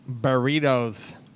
Burritos